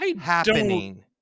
happening